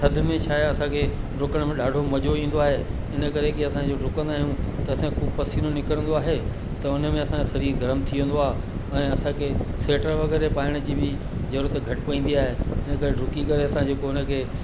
थद में छा आहे असांखे ड्रुकण में ॾाढो मज़ो ईंदो आहे इन करे की असां जीअं ड्रुकंदा आहियूं त असांजे पसीनो निकिरंदो आहे त हुन में असांजो शरीरु गरम थी वेंदो आहे ऐं असांखे स्वेटर वग़ैरह पाइण जी बि ज़रूरत घटि पवंदी आहे इन करे ड्रुकी करे असां जेको हुन खे